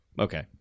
Okay